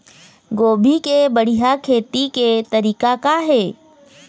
गोभी के बढ़िया खेती के तरीका का हे?